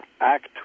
act